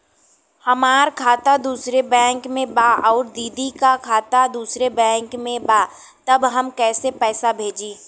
हमार खाता दूसरे बैंक में बा अउर दीदी का खाता दूसरे बैंक में बा तब हम कैसे पैसा भेजी?